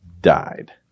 died